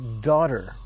daughter